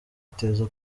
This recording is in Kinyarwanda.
iteza